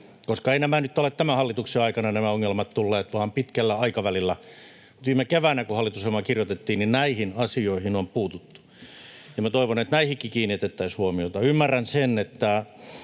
Eivät nämä ongelmat nyt ole tämän hallituksen aikana tulleet, vaan pitkällä aikavälillä. Viime keväänä, kun hallitusohjelmaa kirjoitettiin, näihin asioihin on puututtu, ja minä toivon, että näihinkin kiinnitettäisiin huomiota. Ymmärrän sen, että